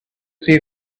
see